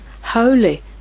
holy